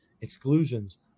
Exclusions